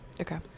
Okay